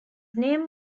name